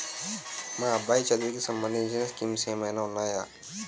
మా అబ్బాయి చదువుకి సంబందించిన స్కీమ్స్ ఏమైనా ఉన్నాయా?